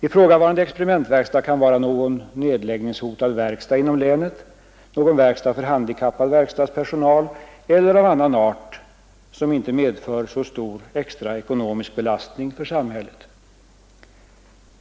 Ifrågavarande experimentverkstad kan vara någon nedläggningshotad verkstad inom länet, någon verkstad för handikappad verkstadspersonal eller verkstad av annan art, som inte medför så stor extra ekonomisk belastning för samhället.